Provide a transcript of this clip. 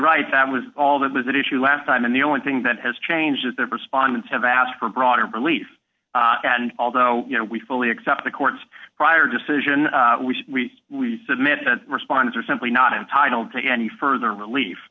right that was all that was that issue last time and the only thing that has changed is their response have asked for a broader belief and although we fully accept the court's prior decision we submitted responses are simply not entitled to any further relief